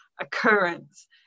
occurrence